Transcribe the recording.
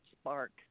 spark